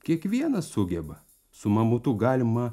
kiekvienas sugeba su mamutu galima